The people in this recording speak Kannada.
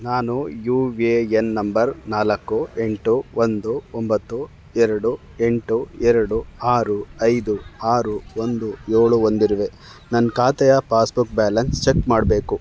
ನಾನು ಯು ವೆ ಎನ್ ನಂಬರ್ ನಾಲ್ಕು ಎಂಟು ಒಂದು ಒಂಬತ್ತು ಎರಡು ಎಂಟು ಎರಡು ಆರು ಐದು ಆರು ಒಂದು ಏಳು ಒಂದಿರುವೆ ನನ್ನ ಖಾತೆಯ ಪಾಸ್ಬುಕ್ ಬ್ಯಾಲೆನ್ಸ್ ಚೆಕ್ ಮಾಡಬೇಕು